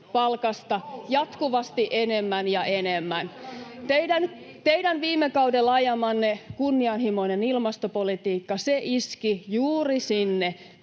jatkuvasti enemmän ja enemmän. Teidän viime kaudella ajamanne kunnianhimoinen ilmastopolitiikka iski juuri sinne